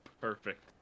Perfect